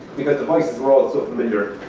because the vices were all so familiar.